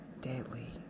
deadly